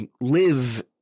live